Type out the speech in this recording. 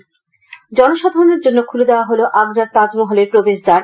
তাজমহল জনসাধারণের জন্য খুলে দেওয়া হল আগ্রার তাজমহলের প্রবেশদ্বার